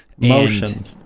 Motion